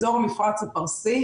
אזור המפרץ הפרסי,